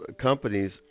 companies